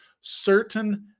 certain